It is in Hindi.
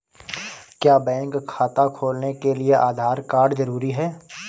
क्या बैंक खाता खोलने के लिए आधार कार्ड जरूरी है?